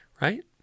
right